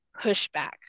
pushback